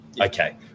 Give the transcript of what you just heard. okay